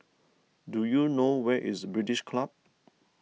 do you know where is British Club